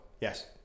Yes